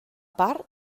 part